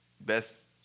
best